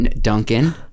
Duncan